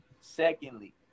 secondly